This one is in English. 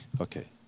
Okay